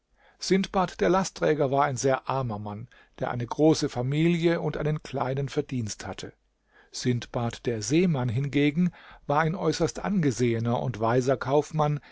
sindbad der lastträger war ein sehr armer mann der eine große familie und einen kleinen verdienst hatte sindbad der seemann hingegen war ein äußerst angesehener und weiser kaufmann